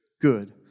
good